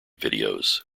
videos